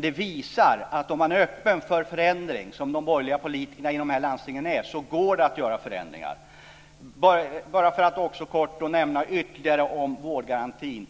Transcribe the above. Det visar att om man är öppen för förändring, som de borgerliga politikerna i dessa landsting är, går det att göra förändringar. Jag ska bara kort nämna något ytterligare om vårdgarantin.